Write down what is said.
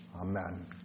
Amen